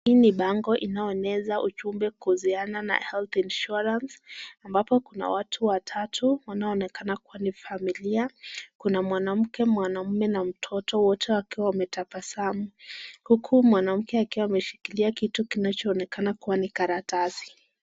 Hii ni bango inayoeneza ujumbe kuhusiana na health insurance , ambapo kuna watu watatu wanaoonekana kuwa ni familia. Kuna mwanamke, mwanaume na mtoto, wote wakiwa wametabasamu, huku mwanamke akiwa ameshikilia kitu kinachoonekana kuwa ni karatasi.